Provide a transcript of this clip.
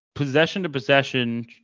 Possession-to-possession